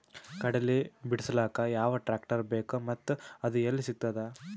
ಕಡಲಿ ಬಿಡಿಸಲಕ ಯಾವ ಟ್ರಾಕ್ಟರ್ ಬೇಕ ಮತ್ತ ಅದು ಯಲ್ಲಿ ಸಿಗತದ?